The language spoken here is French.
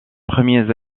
premiers